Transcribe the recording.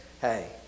hey